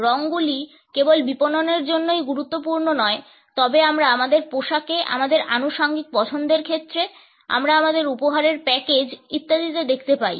রঙগুলি কেবল বিপণনের জন্যই গুরুত্বপূর্ণ নয় তবে আমরা আমাদের পোশাকে আমাদের আনুষাঙ্গিক পছন্দের ক্ষেত্রে আমরা আমাদের উপহারের প্যাকেজ ইত্যাদিতে দেখতে পাই